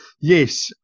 yes